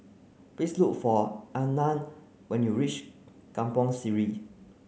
please look for Arnav when you reach Kampong Sireh